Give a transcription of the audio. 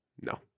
No